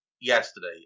yesterday